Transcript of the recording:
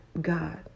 God